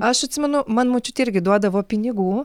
aš atsimenu man močiutė irgi duodavo pinigų